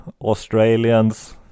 Australians